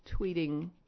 tweeting